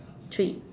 three